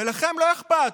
ולכם לא אכפת,